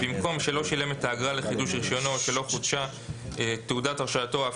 במקום "שלא שילם את האגרה לחידוש רישיונו או שלא חודשה תעודת הרשאתו אף